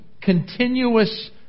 continuous